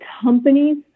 companies